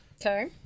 Okay